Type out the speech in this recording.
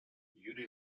юрий